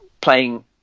playing